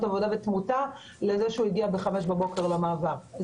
עבודה ותמותה לזה שהאדם הגיע בחמש בבוקר למעבר.